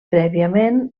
prèviament